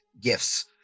gifts